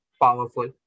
powerful